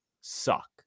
suck